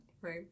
Right